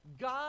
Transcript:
God